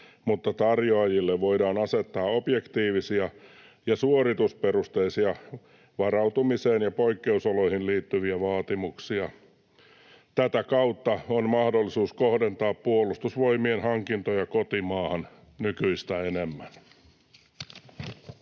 mutta tarjoajille voidaan asettaa objektiivisia ja suoritusperusteisia varautumiseen ja poikkeusoloihin liittyviä vaatimuksia. Tätä kautta on mahdollisuus kohdentaa Puolustusvoimien hankintoja kotimaahan nykyistä enemmän.”